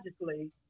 logically